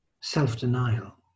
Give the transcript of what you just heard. self-denial